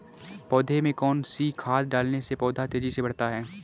पौधे में कौन सी खाद डालने से पौधा तेजी से बढ़ता है?